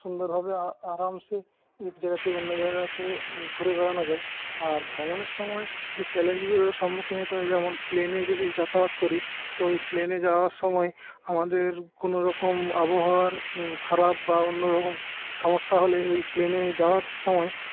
সুন্দর ভাবে আরামসে এক জায়গা থেকে অন্য জায়গাতে ঘুরে বেড়ানো যায় আর ভ্রমণের সময় যে চ্যালেঞ্জগুলোর সম্মুখীন হতে হয় যেমন প্লেনে যদি যাতায়াত করি তো এই প্লেনে যাওয়ার সময় আমাদের কোনো রকম আবহাওয়ার খারাপ বা অন্য রকম সমস্যা হলে ওই প্লেনে যাওয়ার সময়